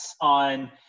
on